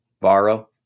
Varo